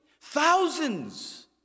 Thousands